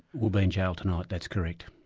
will be jail tonight, that's correct.